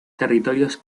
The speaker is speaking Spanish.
territorios